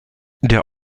der